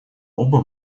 оба